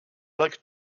like